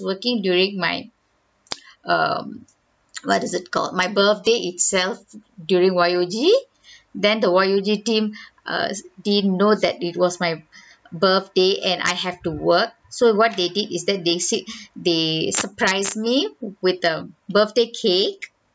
working during my um what is it called my birthday itself during Y_O_G then the Y_O_G team err didn't know that it was my birthday and I have to work so what they did is that they seek they surprised me with a birthday cake